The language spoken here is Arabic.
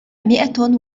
مئة